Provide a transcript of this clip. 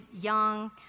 young